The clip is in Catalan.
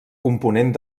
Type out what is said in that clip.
component